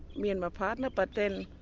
me and my partner, but then